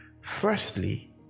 firstly